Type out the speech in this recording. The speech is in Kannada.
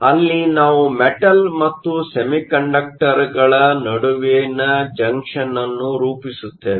ಅಲ್ಲಿ ನಾವು ಮೆಟಲ್Metal ಮತ್ತು ಸೆಮಿಕಂಡಕ್ಟರ್ಗಳ ನಡುವಿನ ಜಂಕ್ಷನ್ ಅನ್ನು ರೂಪಿಸುತ್ತೇವೆ